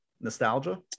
nostalgia